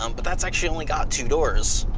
um but that's actually only got two doors.